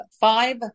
five